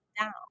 down